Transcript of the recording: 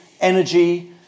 energy